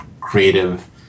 creative